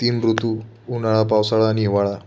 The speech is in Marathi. तीन ऋतू उन्हाळा पावसाळा आणि हिवाळा